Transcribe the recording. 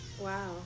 Wow